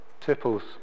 Tipples